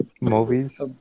Movies